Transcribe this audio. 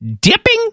dipping